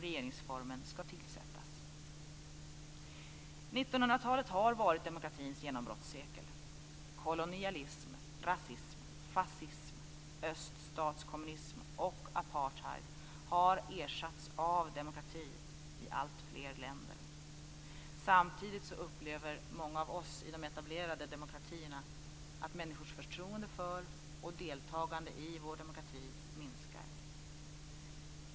1900-talet har varit demokratins genombrottssekel. Kolonialism, rasism, fascism, öststatskommunism och apartheid har ersatts av demokrati i alltfler länder. Samtidigt upplever många av oss i de etablerade demokratierna att människors förtroende för och deltagande i vår demokrati minskar.